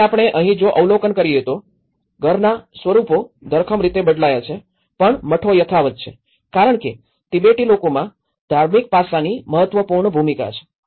તેથી આપણે અહીં જો અવલોકન કરીએ તો ઘરનાં સ્વરૂપો ધરખમ રીતે બદલાયા છે પણ મઠો યથાવત્ છે કારણ કે તિબેટી લોકોમાં ધાર્મિક પાસાની મહત્ત્વની ભૂમિકા હતી